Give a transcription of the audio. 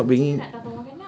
!hais! but you not bringing